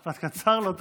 משפט קצר לא תוכל.